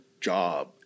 job